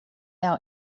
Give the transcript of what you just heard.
our